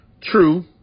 True